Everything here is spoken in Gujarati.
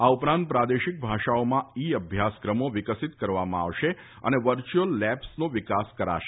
આ ઉપરાંત પ્રાદેશિક ભાષાઓમાં ઇ અભ્યાસક્રમો વિકસિત કરવામાં આવશે અને વર્યુઅલ લેબ્સનો વિકાસ કરવામાં આવશે